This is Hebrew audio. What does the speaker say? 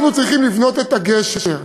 אנחנו צריכים לבנות את הגשר,